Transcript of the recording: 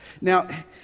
Now